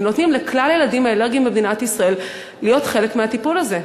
ונותנים לכלל הילדים האלרגים במדינת ישראל להיות חלק מהטיפול הזה,